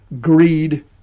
greed